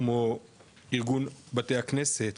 כמו ארגון 'בתי הכנסת',